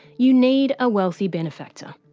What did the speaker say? you need a wealthy benefactor.